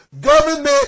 Government